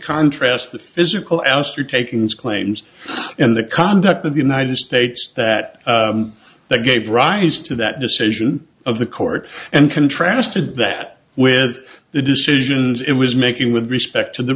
contrast the physical ouster takings claims and the conduct of the united states that that gave rise to that decision of the court and contrasted that with the decisions it was making with respect to the